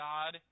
God